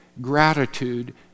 gratitude